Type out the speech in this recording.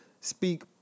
speak